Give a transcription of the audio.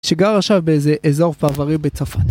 שגר עכשיו באיזה אזור פרברי בצפת.